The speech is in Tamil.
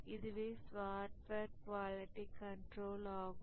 இதுவே சாஃப்ட்வேர் குவாலிட்டி கண்ட்ரோல் ஆகும்